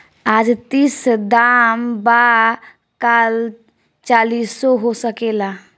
आज तीस दाम बा काल चालीसो हो सकेला